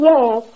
Yes